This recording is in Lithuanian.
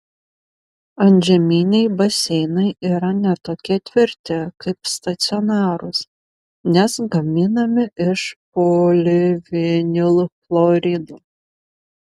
antžeminiai baseinai yra ne tokie tvirti kaip stacionarūs nes gaminami iš polivinilchlorido